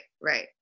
Right